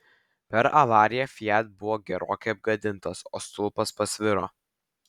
per avariją fiat buvo gerokai apgadintas o stulpas pasviro